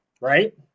right